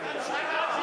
רק תשובה,